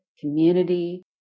community